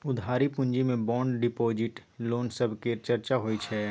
उधारी पूँजी मे बांड डिपॉजिट, लोन सब केर चर्चा होइ छै